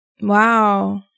Wow